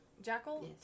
Jackal